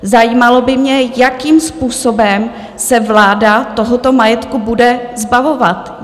Zajímalo by mě, jakým způsobem se vláda tohoto majetku bude zbavovat.